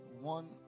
One